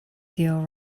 deal